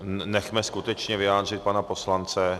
Nechme skutečně vyjádřit pana poslance.